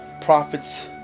prophets